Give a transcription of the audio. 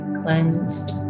cleansed